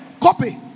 Copy